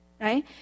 right